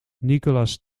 nicolas